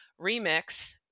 Remix